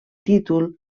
títol